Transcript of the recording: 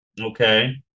Okay